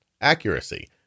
accuracy